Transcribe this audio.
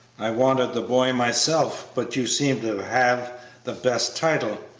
i wanted the boy myself, but you seem to have the best title,